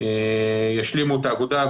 ישלימו את העבודה,